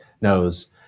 knows